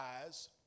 eyes